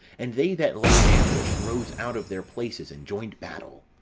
and they that lay in ambush rose out of their places, and joined battle.